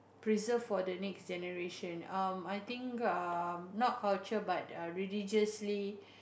preserve for the next generation um I think err not culture but err religiously